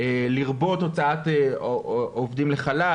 לרבות הוצאת עובדים לחל"ת,